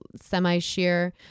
semi-sheer